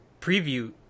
preview